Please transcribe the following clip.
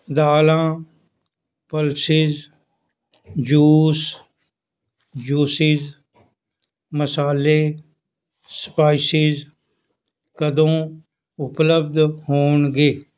ਦਾਲਾਂ pulses juice juices ਮਸਾਲੇ spices ਕਦੋਂ ਉਪਲੱਬਧ ਹੋਣਗੇ